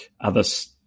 others